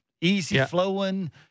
easy-flowing